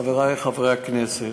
חברי חברי הכנסת,